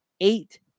eight